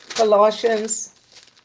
Colossians